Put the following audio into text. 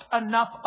enough